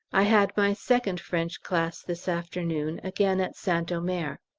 i had my second french class this afternoon again at st omer.